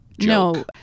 No